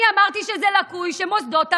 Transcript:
אני אמרתי שזה לקוי שמוסדות המדינה,